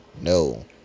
no